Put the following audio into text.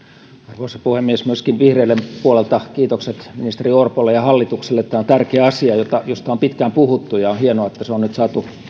arvoisa puhemies myöskin vihreiden puolelta kiitokset ministeri orpolle ja hallitukselle tämä on tärkeä asia josta on pitkään puhuttu ja on hienoa että se on nyt saatu